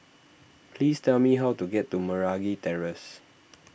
please tell me how to get to Meragi Terrace